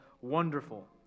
Wonderful